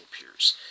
appears